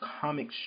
comic